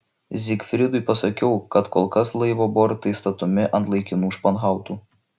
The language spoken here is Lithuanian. zygfridui pasakiau kad kol kas laivo bortai statomi ant laikinų španhautų